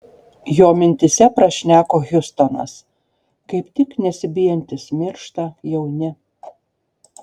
jo mintyse prašneko hiustonas kaip tik nesibijantys miršta jauni